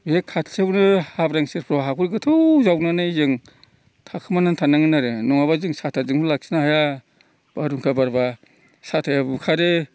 बेहाय खाथियावनो हाब्रां सेरफ्राव हाफोर गोथौ जावनानै जों थाखोमाना थानांगोन आरो नङाब्ला जों साथाजोंल' लाखिनो हाया बारहुंखा बारब्ला साथाया बुखारो